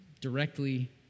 directly